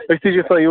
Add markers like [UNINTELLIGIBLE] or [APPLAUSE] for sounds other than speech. أسۍ چھِ [UNINTELLIGIBLE]